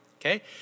Okay